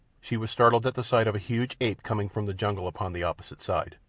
she was startled at the sight of a huge ape coming from the jungle upon the opposite side.